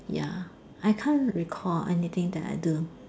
ya I can't recall anything that I do